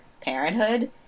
parenthood